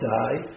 die